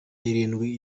irindwi